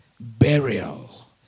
burial